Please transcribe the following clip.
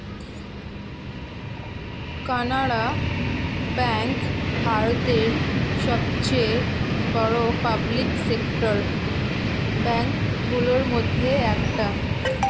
Canara bank ভারতের সবচেয়ে বড় পাবলিক সেক্টর ব্যাঙ্ক গুলোর মধ্যে একটা